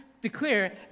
declare